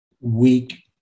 weak